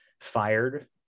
fired